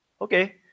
Okay